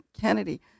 Kennedy